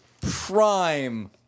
Prime